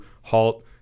halt